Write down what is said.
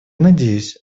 надеюсь